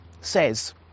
says